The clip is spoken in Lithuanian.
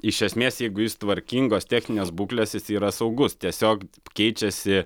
iš esmės jeigu jis tvarkingos techninės būklės jis yra saugus tiesiog keičiasi